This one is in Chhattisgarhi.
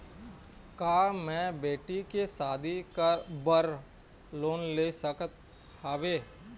का मैं बेटी के शादी बर लोन ले सकत हावे?